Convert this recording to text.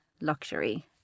luxury